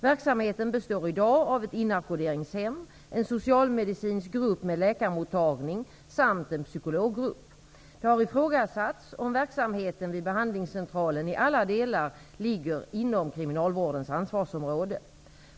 Verksamheten består i dag av ett inackorderingshem, en socialmedicinsk grupp med läkarmottagning samt en psykologgrupp. Det har ifrågasatts om verksamheten vid behandlingscentralen i alla delar ligger inom kriminalvårdens ansvarsområde.